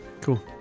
Cool